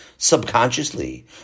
Subconsciously